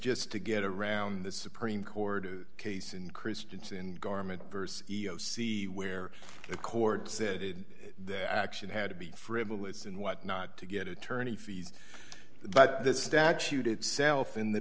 just to get around the supreme court case in christensen garment versus e e o c where the court said it the action had to be frivolous and what not to get attorney fees but the statute itself in th